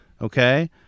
okay